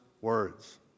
words